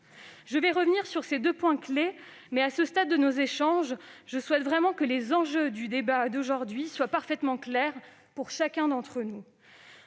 Je reviendrai sur ces deux points clés. À ce stade de nos échanges, je souhaite vraiment que les enjeux du débat d'aujourd'hui soient parfaitement clairs pour chacun d'entre nous.